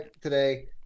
today